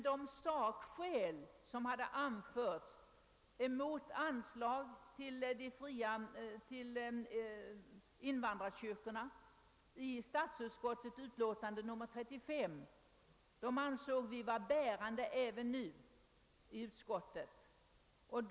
De sakskäl mot förslaget om anslag till invandrarkyrkorna som anförts i statsutskottets utlåtande nr 35 ansåg vi i allmänna beredningsutskottet vara bärande även nu.